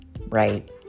right